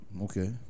Okay